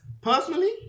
Personally